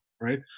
right